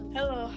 Hello